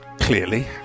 clearly